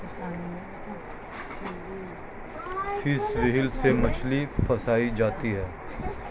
fish wheel से मछली फँसायी जाती है